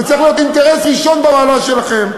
וזה צריך להיות אינטרס ראשון במעלה שלכם.